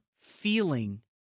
feeling